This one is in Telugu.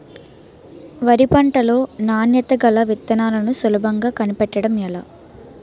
వరి పంట లో నాణ్యత గల విత్తనాలను సులభంగా కనిపెట్టడం ఎలా?